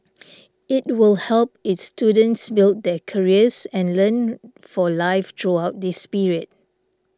it will help its students build their careers and learn for life throughout this period